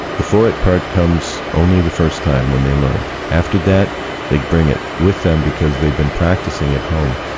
the for it part comes only the first time when the learn, after that they bring it with them because they've been practicing at home.